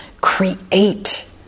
create